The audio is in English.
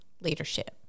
leadership